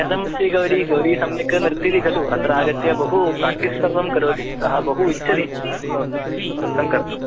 कथं श्रीगौरी गौरी सम्यक् नृत्यति खलु अत्र आगत्य बहु प्राक्टिस् सर्वं करोति सः बहु इच्छति नृत्तं कर्तुं